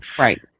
Right